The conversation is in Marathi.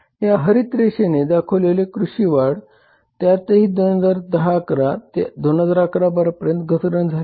या हरित रेषेने दाखवलेली कृषी वाढ त्यातही 2010 11 ते 2011 12 पर्यंत घसरण झाली आहे